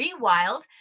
Rewild